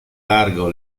largo